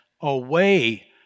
away